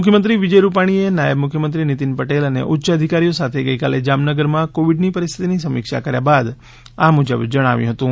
મુખ્યમંત્રી વિજય રૂપાણીએ નાયબ મુખ્યમંત્રી નીતિન પટેલ અને ઉચ્ય અધિકારીઓ સાથે ગઇકાલે જામનગરમાં કોવીડની પરિસ્થિતિની સમીક્ષા કર્યા બાદ આ મ્રજબ જણાવ્યું હતું